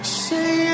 say